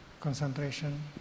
concentration